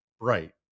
bright